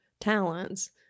talents